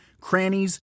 crannies